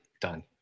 Done